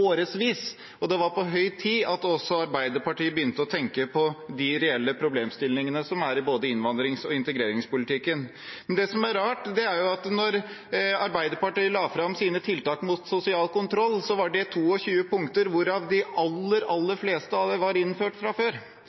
og det var på høy tid at også Arbeiderpartiet begynte å tenke på de reelle problemstillingene som er i både innvandrings- og integreringspolitikken. Men det som er rart, er at da Arbeiderpartiet la fram sine tiltak mot sosial kontroll, var det 22 punkter hvorav de aller, aller fleste var innført fra før.